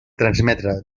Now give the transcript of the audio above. transmetre